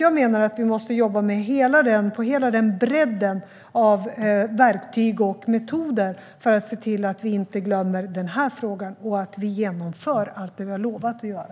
Jag menar att vi måste jobba på hela bredden med verktyg och metoder för att se till att vi inte glömmer denna fråga och att vi genomför allt som vi har lovat att göra.